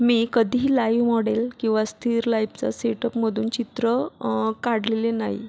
मी कधीही live model किंवा स्थिर लाईपचा सेट अपमधून चित्र काढलेले नाही